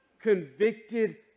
convicted